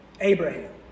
Abraham